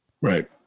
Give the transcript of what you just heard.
Right